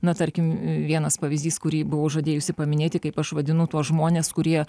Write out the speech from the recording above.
na tarkim vienas pavyzdys kurį buvau žadėjusi paminėti kaip aš vadinu tuos žmones kurie